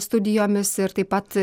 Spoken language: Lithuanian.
studijomis ir taip pat